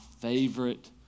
favorite